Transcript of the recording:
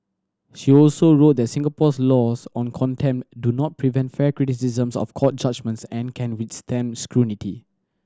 she also wrote that Singapore's laws on contempt do not prevent fair criticisms of court judgements and can withstand scrutiny